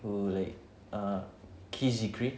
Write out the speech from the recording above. who like err